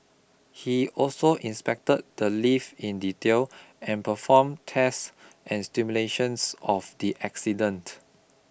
he also inspected the lift in detail and performed tests and simulations of the accident